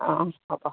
অঁ হ'ব